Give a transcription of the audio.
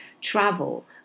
travel